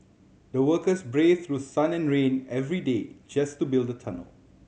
the workers braved through sun and rain every day just to build the tunnel